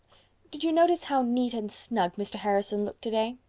did you notice how neat and snug mr. harrison looked today?